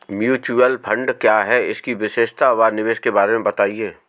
Mutual fund क्या है इसकी विशेषता व निवेश के बारे में बताइये?